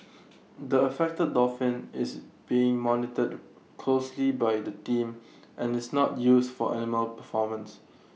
the affected dolphin is being monitored closely by the team and is not used for animal performances